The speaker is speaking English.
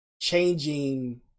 changing